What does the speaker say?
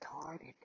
started